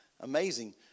amazing